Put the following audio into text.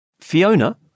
Fiona